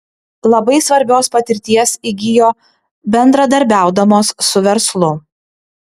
labai svarbios patirties įgijo bendradarbiaudamos su verslu